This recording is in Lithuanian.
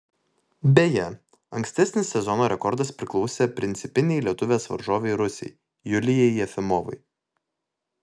beje ankstesnis sezono rekordas priklausė principinei lietuvės varžovei rusei julijai jefimovai